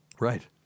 Right